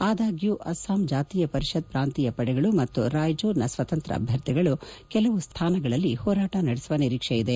ಆದಾಗ್ಯೂ ಅಸ್ಸಾಂ ಜಾತೀಯ ಪರಿಷತ್ ಪ್ರಾಂತೀಯ ಪಡೆಗಳು ಮತ್ತು ರಾಯ್ಜೋರ್ನ ಸ್ವತಂತ್ರ ಅಭ್ಯರ್ಥಿಗಳು ಕೆಲವು ಸ್ಥಾನಗಳಲ್ಲಿ ಹೋರಾಟ ನಡೆಸುವ ನಿರೀಕ್ಷೆಯಿದೆ